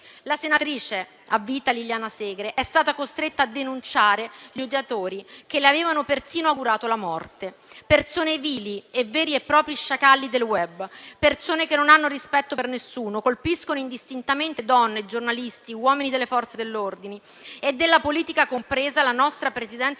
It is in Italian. La senatrice a vita Liliana Segre è stata costretta a denunciare gli odiatori che le avevano persino augurato la morte; persone vili, veri e propri sciacalli del *web*, persone che non hanno rispetto per nessuno colpiscono indistintamente donne, giornalisti, uomini delle Forze dell'ordine e della politica, compreso il nostro Presidente